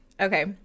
Okay